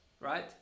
right